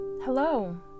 Hello